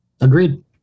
Agreed